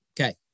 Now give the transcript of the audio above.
Okay